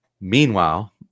Meanwhile